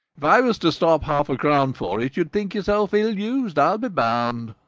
if i was to stop half-a-crown for it, you'd think yourself ill-used, i'll be bound?